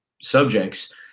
subjects